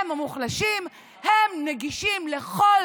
הם מוחלשים, הם נגישים לכל